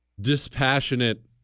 dispassionate